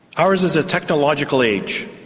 ours is a technological age.